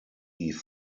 die